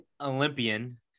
Olympian